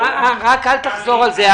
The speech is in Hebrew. רק אל תחזור על זה.